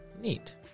Neat